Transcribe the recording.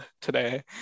today